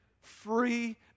free